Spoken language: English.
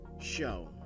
show